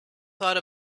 thought